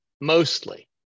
Mostly